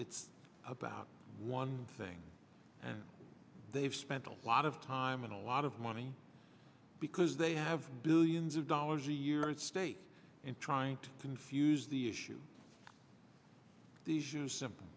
it's about one thing and they've spent a lot of time and a lot of money because they have billions of dollars a year at state and trying to confuse the issue these are simple